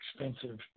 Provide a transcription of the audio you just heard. expensive